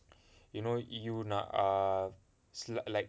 you know you nak err like